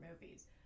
movies